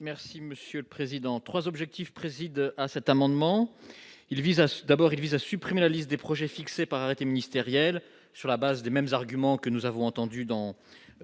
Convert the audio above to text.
Merci monsieur le président, 3 objectifs préside à cet amendement il vise à ceux d'abord, il vise à supprimer la liste des projets fixé par arrêté ministériel, sur la base des mêmes arguments que nous avons entendu dans